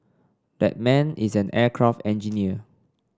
that man is an aircraft engineer